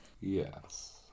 Yes